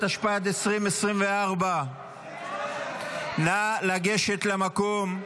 התשפ"ד 2024. נא לגשת למקום,